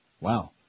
Wow